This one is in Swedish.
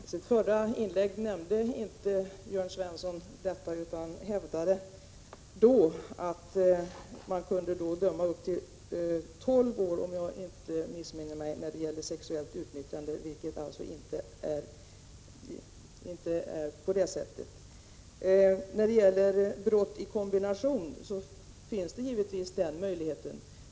Herr talman! I sitt förra inlägg nämnde inte Jörn Svensson detta, utan han hävdade då att man kunde döma upp till tolv år — om jag inte missminner mig —- för sexuellt utnyttjande. Det är alltså inte på det sättet. När det gäller brott i kombination så finns givetvis den möjligheten.